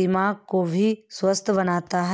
दिमाग को भी स्वस्थ बनाता है